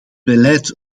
beleid